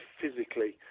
physically